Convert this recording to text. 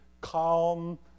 calm